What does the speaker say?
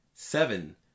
Seven